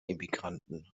emigranten